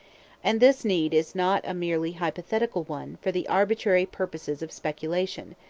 and this need is not a merely hypothetical one for the arbitrary purposes of speculation,